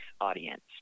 audience